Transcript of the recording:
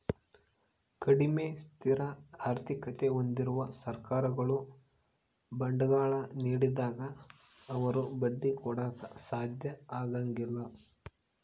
ಕಡಿಮೆ ಸ್ಥಿರ ಆರ್ಥಿಕತೆ ಹೊಂದಿರುವ ಸರ್ಕಾರಗಳು ಬಾಂಡ್ಗಳ ನೀಡಿದಾಗ ಅವರು ಬಡ್ಡಿ ಕೊಡಾಕ ಸಾಧ್ಯ ಆಗಂಗಿಲ್ಲ